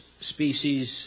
species